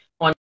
On